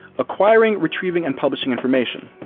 acquiring, retrieving, and publishing information.